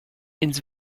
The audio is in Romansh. ins